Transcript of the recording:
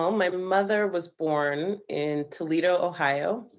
um my mother was born in toledo, ohio.